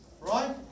right